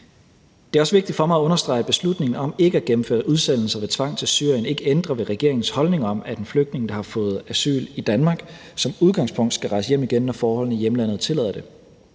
Det er også vigtigt for mig at understrege, at beslutningen om ikke at gennemføre udsendelser ved tvang til Syrien ikke ændrer ved regeringens holdning om, at en flygtning, der har fået asyl i Danmark, som udgangspunkt skal rejse hjem igen, når forholdene i hjemlandet tillader det.